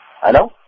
Hello